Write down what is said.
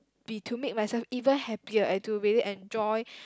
be to make myself even happier and to maybe enjoy